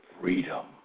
freedom